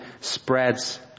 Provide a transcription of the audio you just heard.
spreads